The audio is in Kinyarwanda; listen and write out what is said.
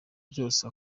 byose